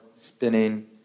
spinning